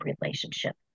relationship